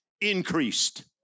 increased